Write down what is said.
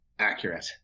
accurate